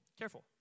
Careful